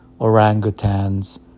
orangutans